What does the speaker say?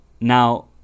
now